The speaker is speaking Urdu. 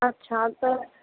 اچھا تو